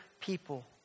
people